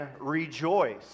rejoice